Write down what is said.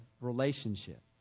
relationship